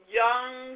young